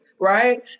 right